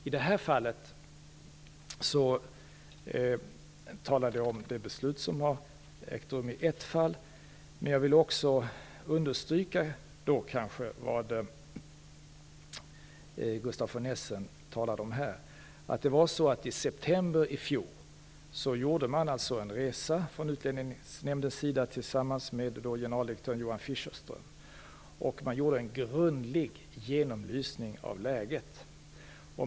I det här fallet talar vi om det beslut som har fattats i ett fall, men jag vill också understryka det som Gustaf von Essen tog upp här. I september i fjol gjorde Utlänningsnämnden inklusive generaldirektör Johan Fischerström en resa i samband med vilken man gjorde en grundlig genomlysning av läget.